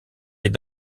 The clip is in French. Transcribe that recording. est